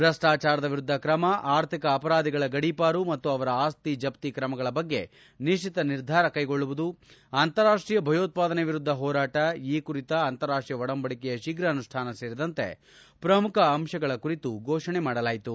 ಭ್ರಷ್ಟಾಚಾರದ ವಿರುದ್ದ ಕ್ರಮ ಆರ್ಥಿಕ ಅಪರಾಧಿಗಳ ಗಡೀಪಾರು ಮತ್ತು ಅವರ ಆಸ್ತಿ ಜಪ್ತಿ ಕ್ರಮಗಳ ಬಗ್ಗೆ ನಿಶ್ಚಿತ ನಿರ್ಧಾರ ಕೈಗೊಳ್ಳುವುದು ಅಂತಾರಾಷ್ವೀಯ ಭಯೋತ್ವಾದನೆ ವಿರುದ್ದ ಹೋರಾಟ ಈ ಕುರಿತ ಅಂತಾರಾಷ್ಟೀಯ ಒಡಂಬಡಿಕೆಯ ಶೀಫ್ರ ಅನುಷ್ಠಾನ ಸೇರಿದಂತೆ ಪ್ರಮುಖ ಅಂಶಗಳ ಕುರಿತು ಘೋಷಣೆ ಮಾಡಲಾಯಿತು